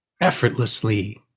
effortlessly